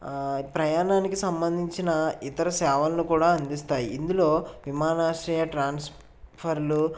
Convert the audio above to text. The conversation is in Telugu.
ఆ ప్రయాణానికి సంబంధించిన ఇతర సేవలను కూడా అందిస్తాయి ఇందులో విమానాశ్రయ ట్రాన్స్ఫర్లు